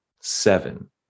seven